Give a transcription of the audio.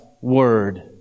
Word